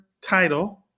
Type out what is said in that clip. title